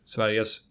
Sveriges